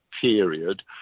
period